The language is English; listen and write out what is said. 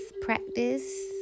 Practice